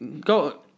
Go